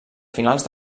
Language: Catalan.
finals